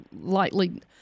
lightly